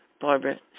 Barbara